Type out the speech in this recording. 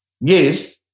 Yes